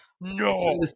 No